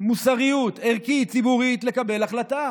מוסריות ערכית, ציבורית, לקבל החלטה.